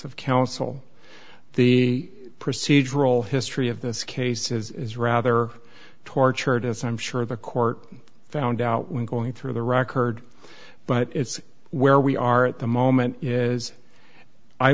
of counsel the procedural history of this case is rather tortured as i'm sure the court found out when going through the record but it's where we are at the moment is i